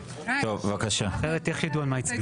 אחרת איך יידעו על מה הצביעו?